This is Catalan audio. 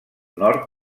nord